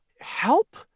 Help